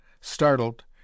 startled